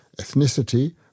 ethnicity